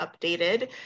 updated